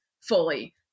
fully